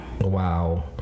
Wow